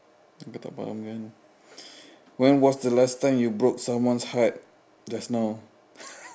you pun tak faham kan when was the last time you broke someone heart just now